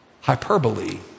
hyperbole